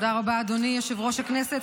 תודה רבה, אדוני יושב-ראש הכנסת.